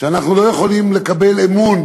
שאנחנו לא יכולים לקבל אמון